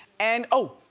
and, oh,